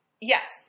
Yes